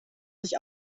sich